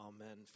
Amen